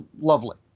lovely